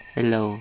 Hello